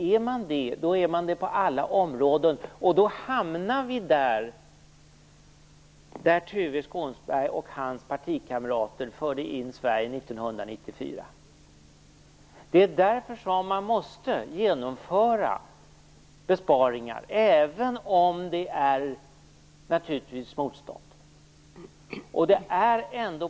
Är man det måste man vara det på alla områden, och då hamnar vi där Sverige 1994. Det är därför man måste genomföra besparingar, även om det finns motstånd.